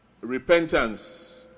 repentance